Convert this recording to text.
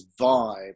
vibe